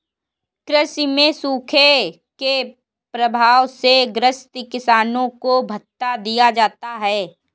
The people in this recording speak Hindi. कृषि में सूखे के प्रभाव से ग्रसित किसानों को भत्ता दिया जाता है